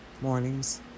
Mornings